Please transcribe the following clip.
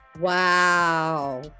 wow